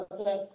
Okay